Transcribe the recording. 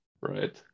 right